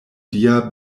dia